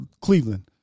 Cleveland